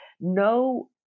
no